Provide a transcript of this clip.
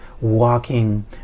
walking